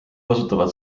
kasutavad